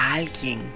alguien